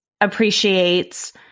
appreciates